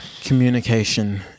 communication